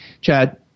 Chad